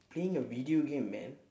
playing a video game man